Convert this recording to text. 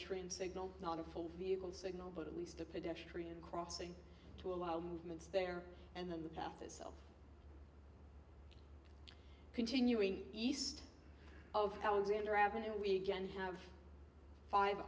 pedestrian signal not a full vehicle signal but at least a pedestrian crossing to allow movements there and then the path itself continuing east of alexander avenue we again have five